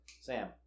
Sam